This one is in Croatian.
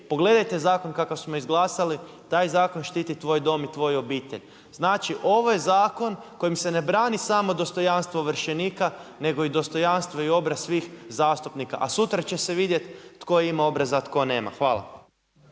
pogledajte zakon kakav smo izglasali, taj zakon štiti tvoj dom i tvoju obitelj. Znači ovo je zakon kojim se ne brani samo dostojanstvo ovršenika nego i dostojanstvo i obraz svih zastupnika, a sutra će se vidjeti tko ima obraza, a tko nema. Hvala.